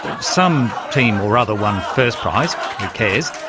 ah some team or other won first prize who cares?